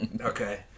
Okay